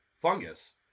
fungus